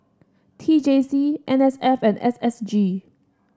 T J C N S F and S S G